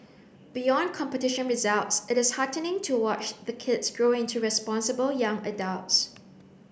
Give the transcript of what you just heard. beyond competition results it is heartening to watch the kids grow into responsible young adults